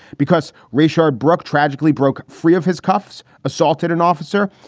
because rishard brucke tragically broke free of his cuffs, assaulted an officer,